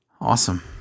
awesome